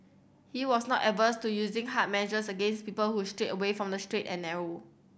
he was not averse to using harder measures against people who strayed away from the straight and narrow